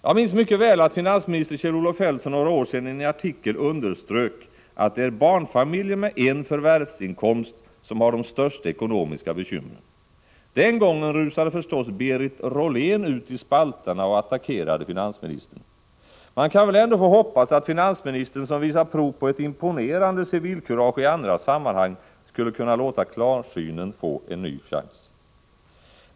Jag minns mycket väl att finansminister Kjell-Olof Feldt för några år sedan i en artikel underströk att det är barnfamiljer med en förvärvsinkomst som har de största ekonomiska bekymren. Den gången rusade förstås Berit Rollén ut i spalterna och attackerade finansministern. Man kan väl ändå få hoppas att finansministern, som visar prov på ett imponerande civilkurage i andra sammanhang, skulle kunna låta klarsynen få en ny chans.